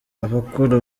abakora